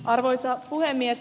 arvoisa puhemies